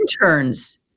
interns